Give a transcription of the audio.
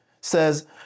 says